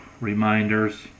reminders